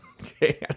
okay